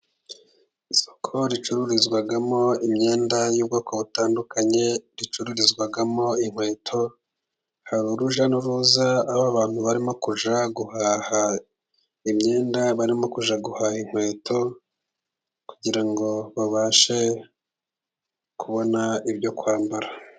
Isoko ricururizwamo imyenda y'ubwoko butandukanye ricururizwamo inkweto, hari urujya n'uruza aho abantu barimo kujya guhaha imyenda, barimo kujya guhaha inkweto, kugira ngo babashe kubona ibyo kwambara.